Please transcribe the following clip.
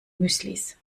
müslis